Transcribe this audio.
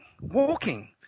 Walking